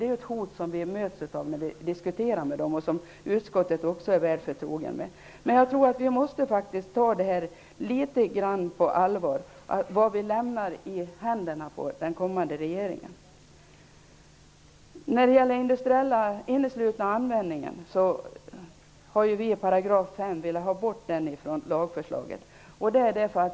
Det är ett hot som vi möts av när vi diskuterar med dem och som utskottet också är väl förtrogen med. Vi måste faktiskt ta detta litet grand på allvar och se till vad vi lämnar i händerna på den kommande regeringen. Vi socialdemokrater har velat ta bort regleringen av den inneslutna användningen från 5 § i lagförslaget.